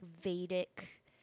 Vedic